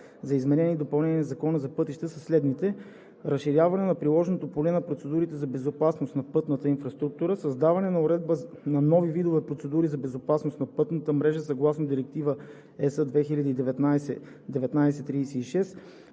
за изменение и допълнение на Закона за пътищата са следните: - Разширяване на приложното поле на процедурите за безопасност на пътната инфраструктура; - Създаване на уредба на нови видове процедури за безопасност на пътната мрежа съгласно Директива (ЕС) 2019/1936;